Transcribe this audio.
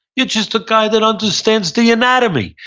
you're just a guy that understands the anatomy.